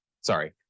Sorry